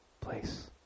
place